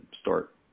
start